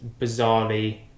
bizarrely